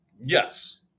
Yes